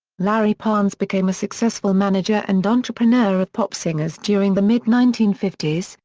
larry parnes became a successful manager and entrepreneur of pop singers during the mid nineteen fifty s,